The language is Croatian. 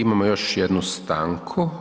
I imamo još jednu stanku.